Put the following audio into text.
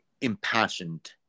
impassioned